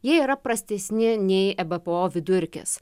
jie yra prastesni nei ebpo vidurkis